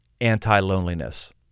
anti-loneliness